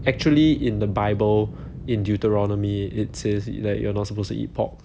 actually in the bible in deuteronomy it says like you're not supposed to eat pork